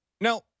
Now